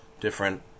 different